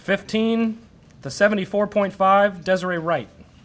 fifteen the seventy four point five does a rewrite